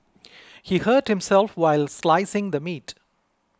he hurt himself while slicing the meat